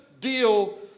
deal